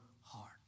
heart